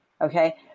Okay